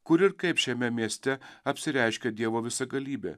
kur ir kaip šiame mieste apsireiškia dievo visagalybė